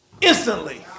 instantly